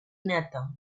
neta